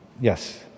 yes